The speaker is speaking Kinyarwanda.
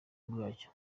bwacyo